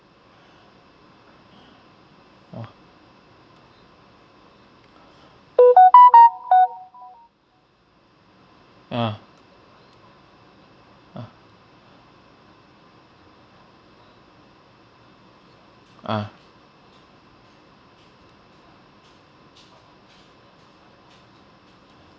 orh ya ah ah